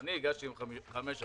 אני הגשתי חמש עמותות.